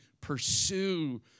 pursue